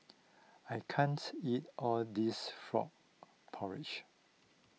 I can't eat all this Frog Porridge